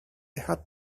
had